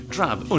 Drab